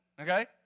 okay